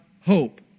hope